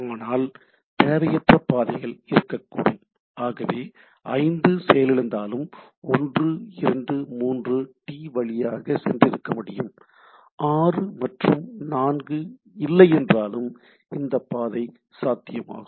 ஆனால் தேவையற்ற பாதைகள் இருக்கக்கூடும் ஆகவே 5 செயலிழந்தாலும் 1 2 3 டி வழியாக சென்றிருக்க முடியும் 6 மற்றும் 4 இல்லையென்றாலும் இந்த பாதை சாத்தியமாகும்